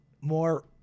more